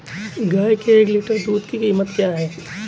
गाय के एक लीटर दूध की कीमत क्या है?